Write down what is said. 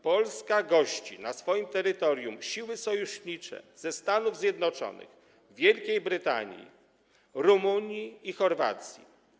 Polska gości na swoim terytorium siły sojusznicze ze Stanów Zjednoczonych, z Wielkiej Brytanii, Rumunii i Chorwacji.